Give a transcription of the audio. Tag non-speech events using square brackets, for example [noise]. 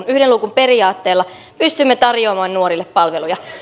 [unintelligible] yhden luukun periaatteella pystymme tarjoamaan nuorille palveluja